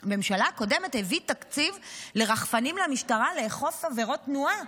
הביא תקציב לרחפנים למשטרה, לאכוף עבירות תנועה,